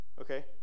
okay